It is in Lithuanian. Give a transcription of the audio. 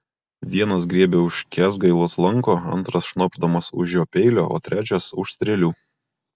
vienas griebia už kęsgailos lanko antras šnopšdamas už jo peilio o trečias už strėlių